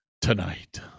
tonight